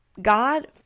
God